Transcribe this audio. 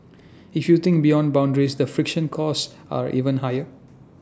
if you think beyond boundaries the friction costs are even higher